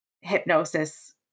hypnosis